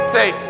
say